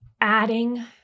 adding